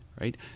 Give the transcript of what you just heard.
right